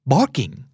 Barking